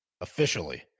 Officially